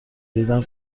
دیدم